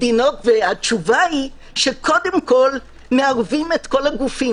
התשובה היא שקודם כל מערבים את כל הגופים